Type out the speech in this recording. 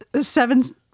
seven